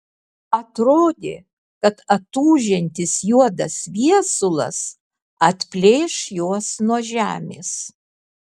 atrodė kad atūžiantis juodas viesulas atplėš juos nuo žemės